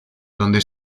donde